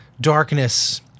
darkness